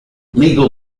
legal